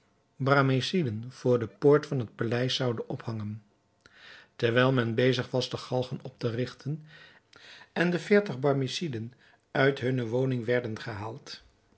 barmeciden voor de poort van het paleis zoude ophangen terwijl men bezig was de galgen op te rigten en de veertig barmeciden uit hunne woningen werden gehaald